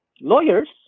Lawyers